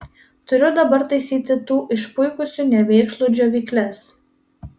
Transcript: turiu dabar taisyti tų išpuikusių nevėkšlų džiovykles